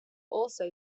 also